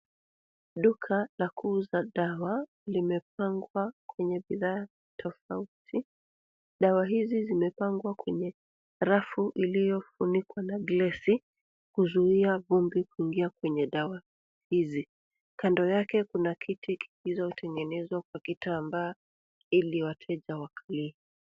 Duka la kuuza dawa, limepangwa kwenye bidhaa tofauti. Dawa hizi zimepangwa kwenye rafu iliyofunikwa na glesi, kuzuia vumbi kuingia kwenye dawa hizi. Kando yake kuna kiti kilichotengenezwa kwa kitamba ili wateja wakalie.